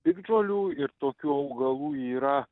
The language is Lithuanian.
piktžolių ir tokių augalų yra